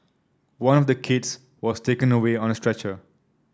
one of the kids was taken away on a stretcher